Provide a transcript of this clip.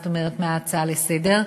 זאת אומרת מההצעה לסדר-היום.